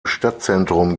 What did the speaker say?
stadtzentrum